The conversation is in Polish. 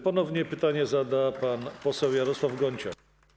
Ponownie pytanie zada pan poseł Jarosław Gonciarz.